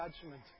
judgment